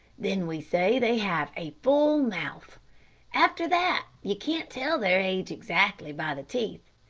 then we say they have a full mouth after that you can't tell their age exactly by the teeth.